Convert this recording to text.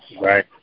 Right